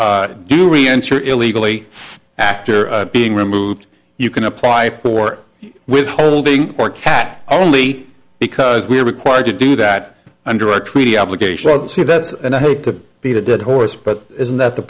reenter illegally after being removed you can apply for with holding or cat only because we're required to do that under our treaty obligation to see that and i hate to beat a dead horse but isn't th